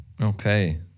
Okay